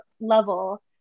level